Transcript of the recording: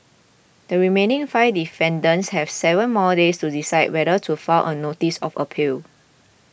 the remaining five defendants have seven more days to decide whether to file a notice of appeal